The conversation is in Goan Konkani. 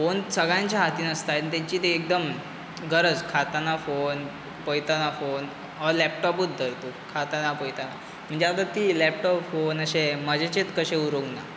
फोन सगळ्यांच्या हातीन आसता आनी तेंची ती एकदम गरज खाताना फोन पयताना फोन ऑर लॅपटॉपूत धर तूं खाताना पयता म्हणजे आतां ती लॅपटॉप फोन अशें मजेचेत कशें उरूंक ना